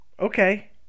Okay